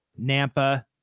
Nampa